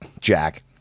Jack